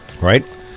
Right